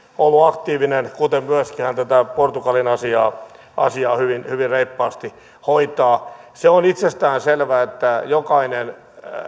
ollut aktiivinen kuten myöskin hän tätä portugalin asiaa hyvin hyvin reippaasti hoitaa se on itsestään selvää että jokainen